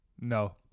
No